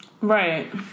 Right